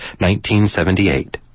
1978